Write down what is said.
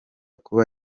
kuba